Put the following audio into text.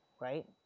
Right